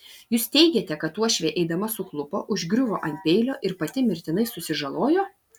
jūs teigiate kad uošvė eidama suklupo užgriuvo ant peilio ir pati mirtinai susižalojo